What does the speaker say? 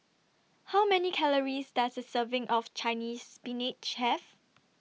How Many Calories Does A Serving of Chinese Spinach Have